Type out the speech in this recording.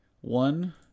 one